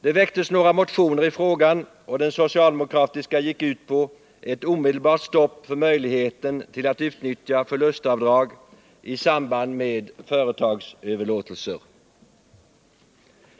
Det väcktes några motioner i frågan, och den socialdemokratiska gick ut på ett omedelbart stopp för möjligheten till att utnyttja förlustavdrag i samband med företagsöverlåtelser.